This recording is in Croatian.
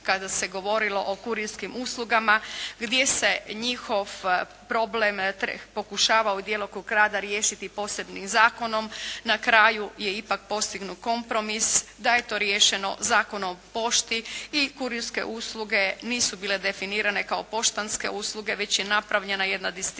kada se govorilo o kurirskim uslugama gdje se njihov problem pokušava djelokrug rada riješiti posebnim zakonom. Na kraju je ipak postignut kompromis da je to riješeno Zakonom o pošti i kurirske usluge nisu bile definirane kao poštanske usluge, već je napravljena jedna distinkcija